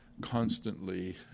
constantly